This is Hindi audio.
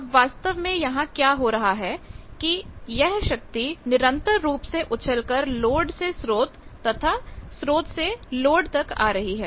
अब वास्तव में यहां क्या हो रहा है कि यह शक्ति निरंतर रूप से उछलकर लोड से स्रोत तथा स्रोत से लोड तक आ जा रही है